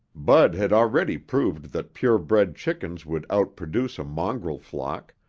bud had already proved that purebred chickens would outproduce a mongrel flock,